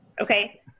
Okay